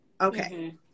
Okay